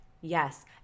Yes